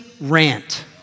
rant